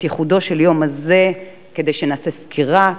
את ייחודו של היום הזה כדי שנעשה סקירה,